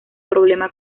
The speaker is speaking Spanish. problema